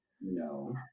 No